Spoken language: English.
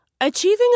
Achieving